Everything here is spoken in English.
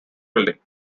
building